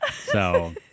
So-